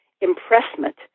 impressment